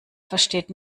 versteht